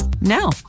now